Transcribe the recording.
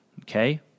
Okay